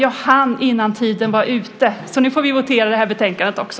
Jag hann innan tiden var ute, så nu får vi votera om det här betänkandet också.